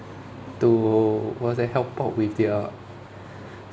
to what's that help out with their